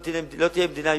לא תהיה מדינה יהודית.